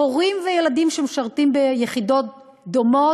הורים וילדים שמשרתים ביחידות דומות,